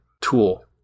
tool